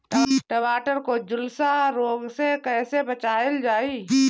टमाटर को जुलसा रोग से कैसे बचाइल जाइ?